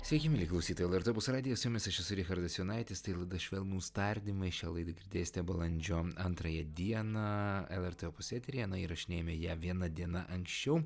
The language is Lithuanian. sveiki mieli klausytojai lrt opus radijas su jumis aš esu richardas jonaitis tai laida švelnūs tardymai šią laidą girdėsite balandžio antrąją dieną lrt opus eteryje na įrašinėjame ją viena diena anksčiau